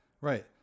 Right